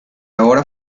ahora